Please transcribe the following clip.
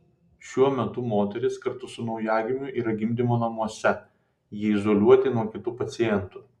šiuo metu moteris kartu su naujagimiu yra gimdymo namuose jie izoliuoti nuo kitų pacientų